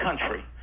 country